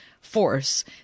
force